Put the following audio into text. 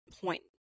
point